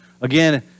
Again